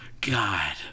God